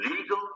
legal